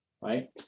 Right